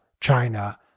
China